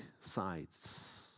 sides